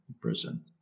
prison